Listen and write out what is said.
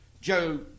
Joe